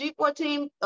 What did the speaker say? G14